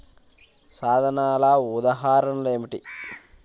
సాధనాల ఉదాహరణలు ఏమిటీ?